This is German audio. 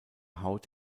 haut